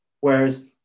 Whereas